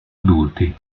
adulti